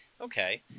Okay